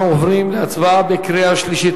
אנחנו עוברים להצבעה בקריאה שלישית.